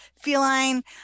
feline